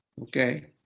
Okay